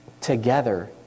together